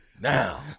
now